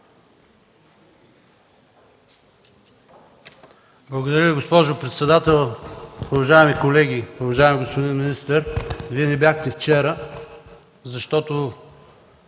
Благодаря Ви, госпожо председател. Уважаеми колеги! Уважаеми господин министър, Вие не бяхте вчера, защото